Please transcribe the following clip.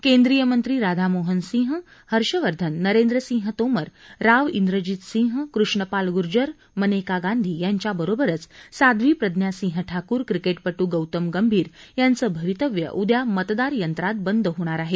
केंद्रीय मंत्री राधामोहन सिंह हर्षवर्धन नरेंद्र सिंह तोमर राव ब्रिजित सिंह कृष्ण पाल गुर्जर मनेका गांधी यांच्या बरोबरच साध्वी प्रज्ञा सिंह ठाकूर क्रिकेटपटू गौतम गंभीर यांचं भवितव्य उद्या मतदार यंत्रात बंद होणार आहे